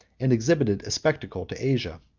and exhibited a spectacle to asia.